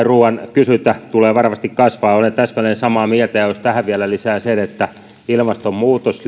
ruuan kysyntä tulee varmasti kasvamaan olen täsmälleen samaa mieltä ja jos tähän vielä lisää sen että ilmastonmuutos